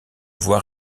voix